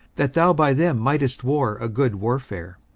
that thou by them mightest war a good warfare